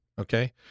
okay